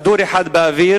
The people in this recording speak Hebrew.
כדור אחד באוויר,